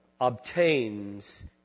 obtains